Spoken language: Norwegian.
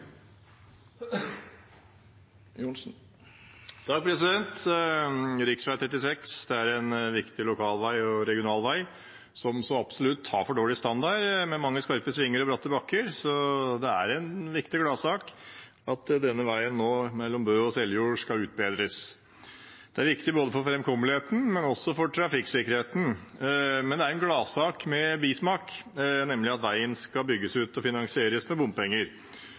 36 er en viktig lokal og regional vei som så absolutt har for dårlig standard, med mange skarpe svinger og bratte bakker, så det er en viktig gladsak at denne veien mellom Bø og Seljord nå skal utbedres. Det er viktig for framkommeligheten, men også for trafikksikkerheten. Men det er en gladsak med bismak, nemlig at veien skal bygges ut finansiert med bompenger.